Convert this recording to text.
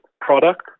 product